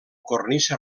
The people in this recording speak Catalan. cornisa